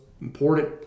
important